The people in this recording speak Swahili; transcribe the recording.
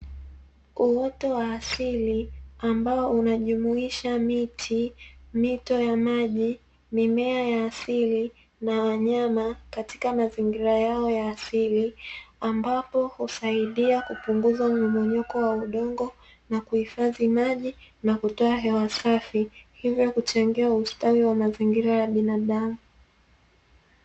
Uoto wa asili ambao unajumuisha: miti, mito ya maji, mimea ya asili na wanyama katika mazingira yao ya asili, ambapo husaidia kupunguza mmomonyoko wa udongo na kuhifadhi maji na kutoa hewa safi, hivyo kuchangia ustawi wa mazingira ya binadamu.